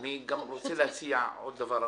אני גם רוצה להציע עוד דבר.